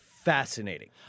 Fascinating